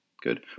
Good